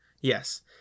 Yes